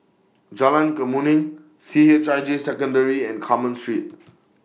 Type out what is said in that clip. Jalan Kemuning C H I J Secondary and Carmen Street